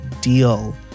deal